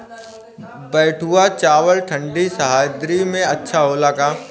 बैठुआ चावल ठंडी सह्याद्री में अच्छा होला का?